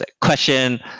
question